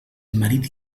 marit